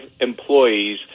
employees